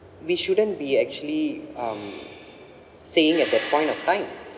we shouldn't be actually um saying at that point of time